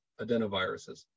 adenoviruses